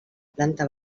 planta